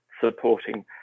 supporting